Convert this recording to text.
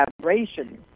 collaboration